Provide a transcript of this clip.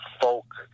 folk